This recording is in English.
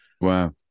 Wow